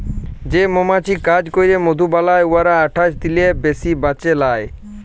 যে মমাছি কাজ ক্যইরে মধু বালাই উয়ারা আঠাশ দিলের বেশি বাঁচে লায়